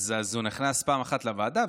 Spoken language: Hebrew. אז הוא נכנס פעם אחת לוועדה,